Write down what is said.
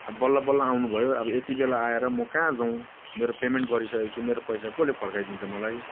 अब बल्ल बल्ल आउनुभयो अब यति बेला आएर म कहाँ जाऊँ मेरो पेमेन्ट गरिसकेको छु मेरो पैसा कसले फर्काइदिन्छ मलाई